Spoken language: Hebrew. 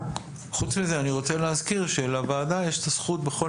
חוץ מזה אני רוצה להזכיר שלוועדה יש את הזכות בכל